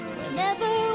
Whenever